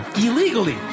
illegally